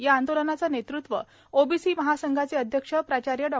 या आंदोलनाचे नेतृत्व ओबीसी महासंघाचे अध्यक्ष प्राचार्य डॉ